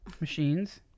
machines